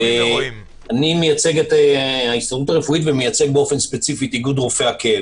אני מייצג את ההסתדרות הרפואי ומייצג באופן ספציפי את איגוד רופאי הכאב.